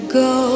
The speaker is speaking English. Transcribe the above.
go